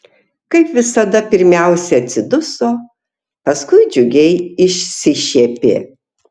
kaip visada pirmiausia atsiduso paskui džiugiai išsišiepė